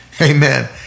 amen